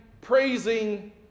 praising